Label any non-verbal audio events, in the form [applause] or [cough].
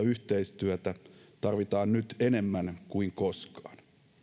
[unintelligible] yhteistyötä tarvitaan nyt enemmän kuin koskaan